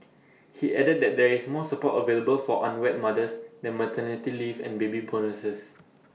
he added that there is more support available for unwed mothers than maternity leave and baby bonuses